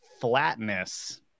flatness